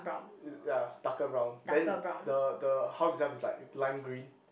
ya darker brown then the the house itself is like lime green